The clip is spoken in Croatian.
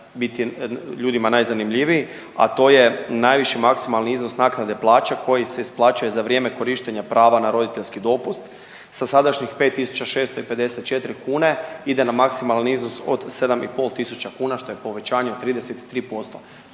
biti ljudima najzanimljiviji, a to je najviši maksimalni iznos naknade plaća koji se isplaćuje za vrijeme korištenja prava na roditeljski dopust sa sadašnjih 5.654 kune ide na maksimalni iznos od 7.500 kuna što je povećanje od 33%.